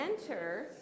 enter